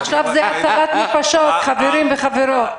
עכשיו זה הצלת נפשות, חברים וחברות.